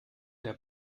der